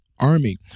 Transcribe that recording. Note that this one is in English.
army